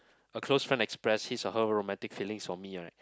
a close friend express his or her romantic feelings for me right